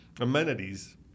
amenities